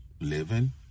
living